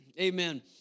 Amen